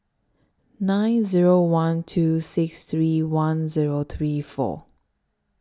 nine Zero one two six three one Zero three four